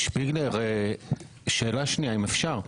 שפיגלר, שאלה שנייה, אם אפשר.